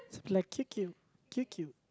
like kick you kick you